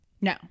No